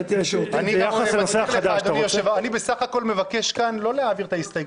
אני בסך הכול מבקש כאן לא להעביר את ההסתייגות,